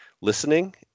listening